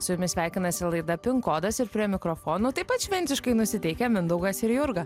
su jumis sveikinasi laida pink kodas ir prie mikrofonų taip pat šventiškai nusiteikę mindaugas ir jurga